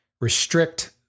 restrict